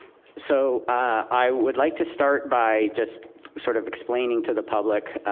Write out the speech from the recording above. so i would like to start by just sort of explaining to the public,